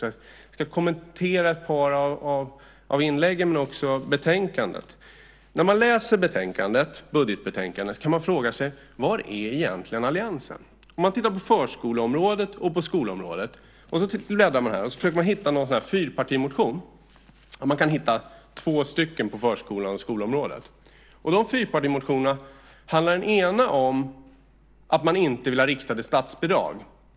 Jag ska kommentera ett par av inläggen men också betänkandet. När man läser budgetbetänkandet kan man fråga sig var alliansen egentligen är. Man kan bläddra här och titta på förskole och skolområdet och försöka hitta någon fyrpartimotion. Man kan hitta två stycken på förskole och skolområdet. Av dessa fyrpartimotioner handlar den ena om att man inte vill ha riktade statsbidrag.